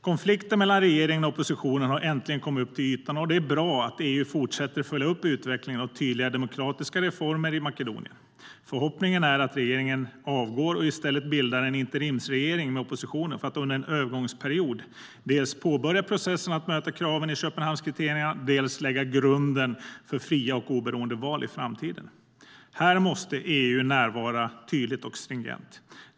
Konflikten mellan regeringen och oppositionen har äntligen kommit upp till ytan, och det är bra att EU fortsätter att följa upp utvecklingen av tydliga demokratiska reformer i Makedonien. Förhoppningen är att regeringen avgår och i stället bildar en interimsregering med oppositionen för att under en övergångsperiod dels påbörja processen att möta kraven i Köpenhamnskriterierna, dels lägga grunden för fria och oberoende val i framtiden. Här måste EU närvara tydligt och stringent.